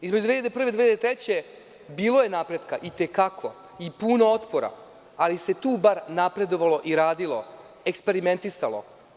Između 2001. i 2003. godine bilo je napretka itekako i puno otpora, ali se tu bar napredovalo i radilo, eksperimentisalo.